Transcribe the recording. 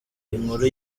inkuru